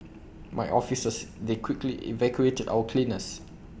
my officers they quickly evacuated our cleaners